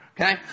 okay